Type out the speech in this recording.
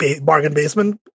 bargain-basement